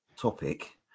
topic